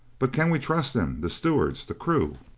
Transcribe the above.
but can we trust them? the stewards the crew?